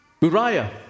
Uriah